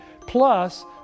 plus